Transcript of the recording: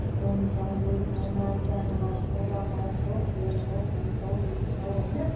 घुम्छौँ डुल्छौँ नाच गान गर्छौँ रमाउँछौँ खेल्छौँ खान्छौँ डुल्छौँ होइन